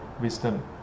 wisdom